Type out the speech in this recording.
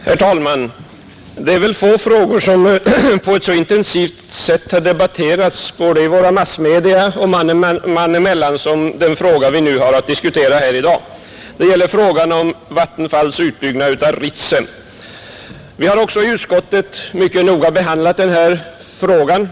Herr talman! Det är väl få frågor som på ett så intensivt sätt har debatterats både i våra massmedia och man och man emellan som den fråga vi har att diskutera här i dag. Det gäller Vattenfalls utbyggnad av Ritsem. Vi har också i utskottet mycket noga behandlat denna fråga.